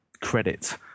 credit